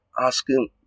asking